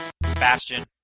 Bastion